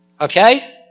Okay